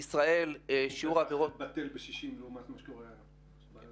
בישראל --- זה בטל בשישים לעומת מה שקורה היום.